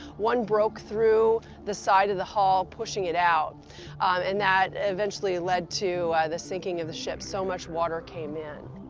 one broke through the side of the hull, pushing it out and that eventually led to the sinking of the ship, so much water water came in.